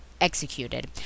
executed